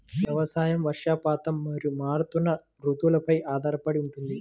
వ్యవసాయం వర్షపాతం మరియు మారుతున్న రుతువులపై ఆధారపడి ఉంటుంది